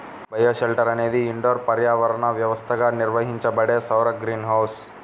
bioshelter అనేది indoor పర్యావరణ వ్యవస్థగా నిర్వహించబడే సౌర గ్రీన్ హౌస్